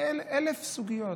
אלף סוגיות.